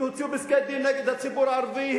הוציאו פסקי-דין נגד הציבור הערבי,